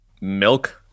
Milk